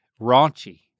Raunchy